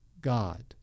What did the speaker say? God